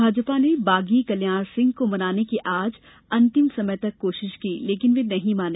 भाजपा ने बागी कल्याणसिंह को मनाने की आज अंतिम समय तक कोशिश की लेकिन वे नहीं माने